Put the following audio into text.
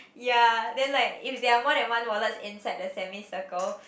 ya then like if there are more than one wallets inside the semi circle